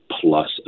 plus